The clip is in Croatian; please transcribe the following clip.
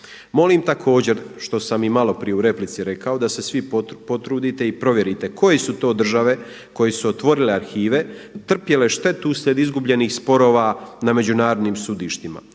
Molim također, što sam i malo prije u replici rekao da se svi potrudite i provjerite koje su to države koje su otvorile arhive, trpjele štetu uslijed izgubljenih sporova na međunarodnim sudištima.